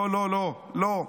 לא, לא, לא.